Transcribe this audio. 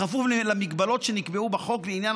בכפוף למגבלות שנקבעו בחוק לעניין